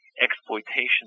exploitation